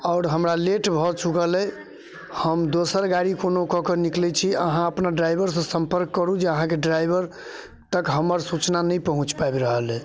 आओर हमरा लेट भऽ चुकल अइ हम दोसर गाड़ी कोनो कऽ कऽ निकलै छी अहाँ अपना ड्राइवरसँ सम्पर्क करू जे अहाँके ड्राइवर तक हमर सूचना नहि पहुँच पाबि रहल अइ